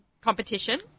competition